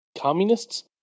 communists